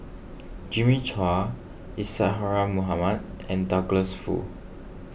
Jimmy Chua Isadhora Mohamed and Douglas Foo